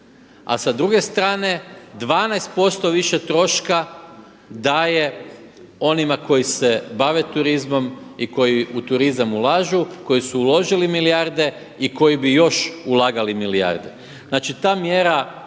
a sa druge strane 12% više troška daje onima koji se bave turizmom i koji u turizam ulažu, koji su uložili milijarde i koji bi još ulagali milijarde. Znači ta mjera